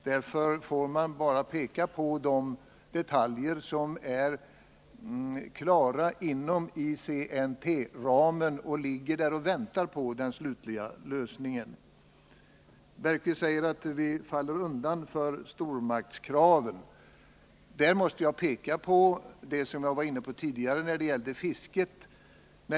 Därför måste man inskränka sig till att peka på de detaljer som är klara inom ICNT-ramen och som ligger där och väntar på den slutliga lösningen. Jan Bergqvist säger att vi faller undan för stormaktskraven. : Där måste jag erinra om vad jag tidigare sade när det gällde fisket.